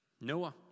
Noah